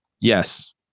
yes